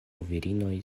virinoj